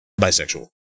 bisexual